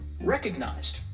recognized